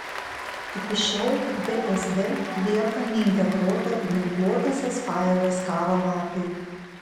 iki šiol vsd lieka neintegruota į ginkluotąsias pajėgas karo metui